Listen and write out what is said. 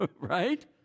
right